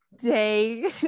day